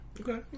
Okay